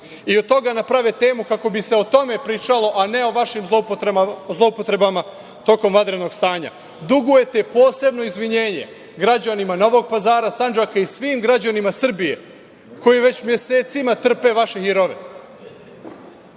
i od toga naprave temu kako bi se o tome pričalo, a ne o vašim zloupotrebama tokom vanrednog stanja. Dugujete posebno izvinjenje građanima Novog Pazara, Sandžaka i svim građanima Srbije koji već mesecima trpe vaše hirove. Ovde